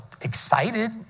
excited